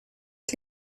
que